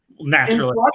Naturally